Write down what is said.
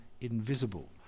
invisible